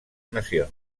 nacions